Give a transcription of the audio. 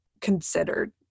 considered